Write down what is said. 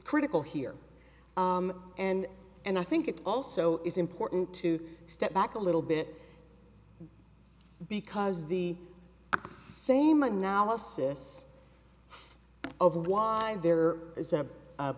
critical here and and i think it also is important to step back a little bit because the same analysis of why there is